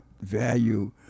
value